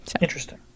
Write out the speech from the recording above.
Interesting